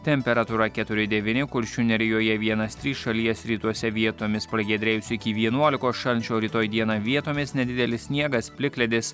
temperatūra keturi devyni kuršių nerijoje vienas trys šalies rytuose vietomis pragiedrėjus iki vienuolikos šalčio o rytoj dieną vietomis nedidelis sniegas plikledis